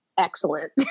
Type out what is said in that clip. Excellent